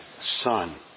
son